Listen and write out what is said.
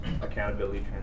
accountability